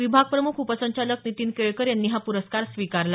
विभागप्रमुख उपसंचालक नितीन केळकर यांनी हा पुरस्कार स्विकारला